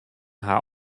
har